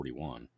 41